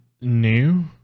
new